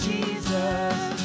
Jesus